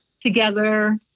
together